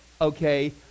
okay